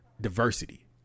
Diversity